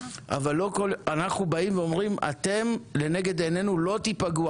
אבל אנחנו באים ואומרים אתם לנגד ענינו לא תפגעו,